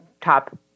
top